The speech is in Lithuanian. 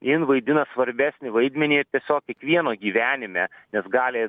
jin vaidina svarbesnį vaidmenį ir tiesiog kiekvieno gyvenime nes gali